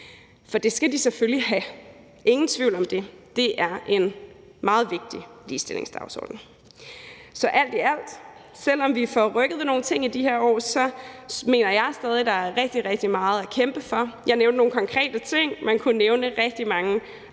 For det skal de selvfølgelig have, ingen tvivl om det. Det er en meget vigtig ligestillingsdagsorden. Så alt i alt mener jeg, at der, selv om vi får rykket ved nogle ting i de her år, stadig er rigtig, rigtig meget at kæmpe for. Jeg nævnte nogle konkrete ting, og man kunne nævne rigtig mange andre